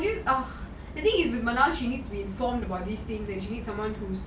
because um the thing is my mum she needs to be informed about these things and she needs someone to